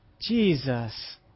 Jesus